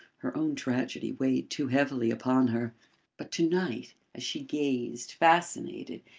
her own tragedy weighed too heavily upon her but to-night, as she gazed, fascinated,